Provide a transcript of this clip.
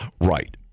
Right